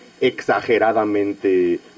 exageradamente